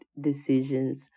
decisions